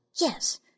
Yes